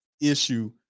issue